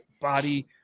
body